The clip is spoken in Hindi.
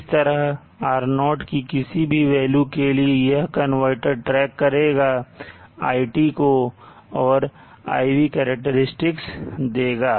इस तरह R0की किसी भी वैल्यू के लिए यह कनवर्टर ट्रैक करेगा iT को और IV करैक्टेरिस्टिक्स देगा